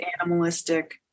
animalistic